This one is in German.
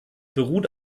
beruht